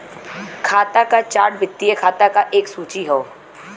खाता क चार्ट वित्तीय खाता क एक सूची हौ